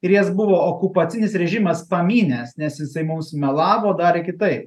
ir jas buvo okupacinis režimas pamynęs nes jisai mums melavo darė kitaip